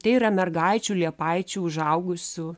tai yra mergaičių liepaičių užaugusių